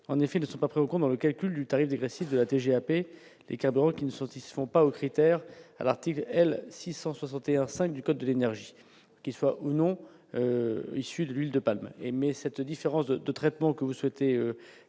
en effet, ne sont pas prêts au compte dans le calcul du tarif dégressif de la TGAP les cadrans qui ne satisfont pas aux critères à l'article L 661 5 du code de l'énergie, qu'ils soient ou non issus de l'huile de palme mais cette différence de traitement que vous souhaitez mettre